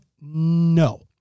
no